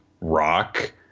rock